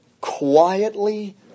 quietly